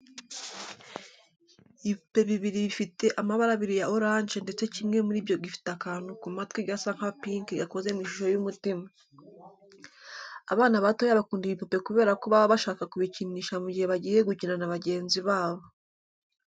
Ibipupe bibiri bifite amabara abiri ya oranje ndetse kimwe muri byo gifite akantu ku matwi gasa nka pinki gakoze mu ishusho y'umutima. Abana batoya bakunda ibipupe kubera ko baba bashaka kubikinisha mu gihe bagiye gukina na bagenzi babo.